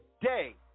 day